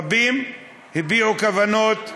רבים הביעו כוונות,